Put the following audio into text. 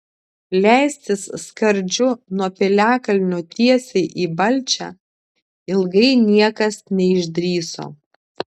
leistis skardžiu nuo piliakalnio tiesiai į balčią ilgai niekas neišdrįso